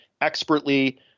expertly